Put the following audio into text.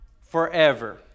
forever